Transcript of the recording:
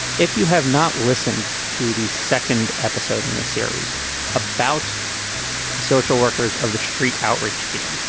if you have not listened to the second episode in the series about social workers of the street outreach team,